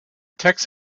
text